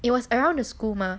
it was around the school mah